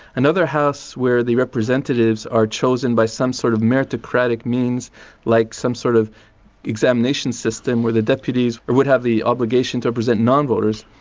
another house where the representatives are chosen by some sort of meritocratic means like some sort of examination system where the deputies would have the obligation to represent non-voters,